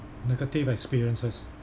negative experiences